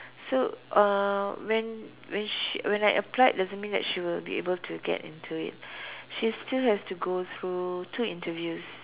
so uh when when she when I applied doesn't mean that she will be able to get into it she still has to go through two interviews